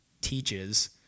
teaches